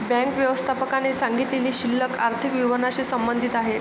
bank व्यवस्थापकाने सांगितलेली शिल्लक आर्थिक विवरणाशी संबंधित आहे